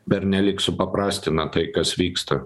pernelyg supaprastina tai kas vyksta